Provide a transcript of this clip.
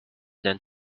than